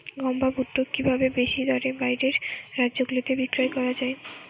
গম বা ভুট্ট কি ভাবে বেশি দরে বাইরের রাজ্যগুলিতে বিক্রয় করা য়ায়?